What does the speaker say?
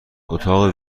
اتاق